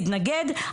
תתנגד,